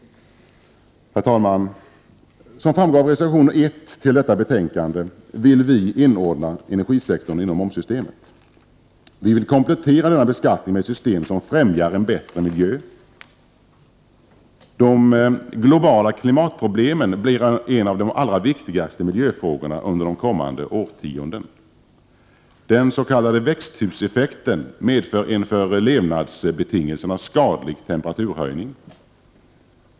Som framgår av reservation 1 i detta betänkande vill vi inordna energisektorn i momssystemet. Vi vill komplettera denna beskattning med ett system som främjar en bättre miljö. De globala klimatproblemen blir en av de allra viktigaste miljöfrågorna under de kommande årtiondena. Den s.k. växthuseffekten medför en för levnadsbetingelserna skadlig temperaturhöjning.